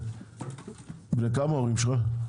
בני כמה ההורים שלך?